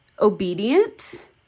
obedient